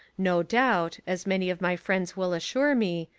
no doubt, as many of my friends will assure me,